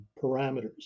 parameters